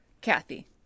Kathy